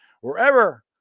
wherever